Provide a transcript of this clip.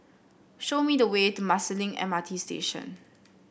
show me the way to Marsiling M R T Station